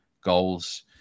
goals